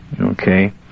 Okay